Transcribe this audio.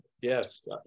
Yes